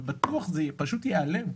ובטוח שזה ייעלם פשוט,